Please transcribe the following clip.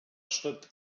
schritt